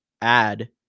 add